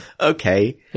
okay